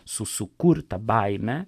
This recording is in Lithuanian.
su sukurta baime